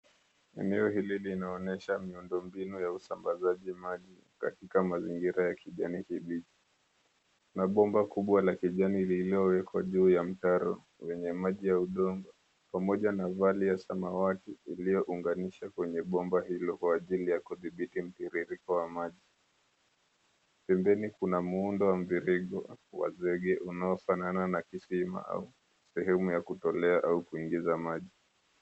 Eneo hili linaonyesha miundo mbinu ya usambazaji maji katika mazingira ya kijanikibichi na bomba kubwa la kijani lililowekwa juu ya mtaro wenye maji ya udongo pamoja na vali ya samawati iliyounganisha kwenye bomba hilo kwa ajili ya kudhibiti mtiririko wa maji. Pembeni kuna muundo wa mviringo wa zege unaofanana na kisima au sehemu ya kutolea au kuingiza maji.